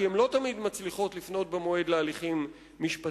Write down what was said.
כי לא תמיד הן מצליחות לפנות במועד להליכים משפטיים.